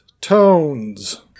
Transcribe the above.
Tones